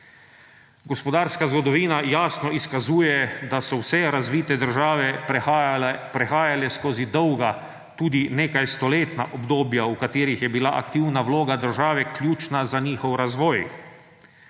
Gospodarska zgodovina jasno izkazuje, da so vse razvite države prehajale skozi dolga, tudi nekaj stoletna obdobja, v katerih je bila aktivna vloga države ključna za njihov razvoj.